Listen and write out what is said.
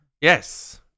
Yes